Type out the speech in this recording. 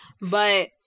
But-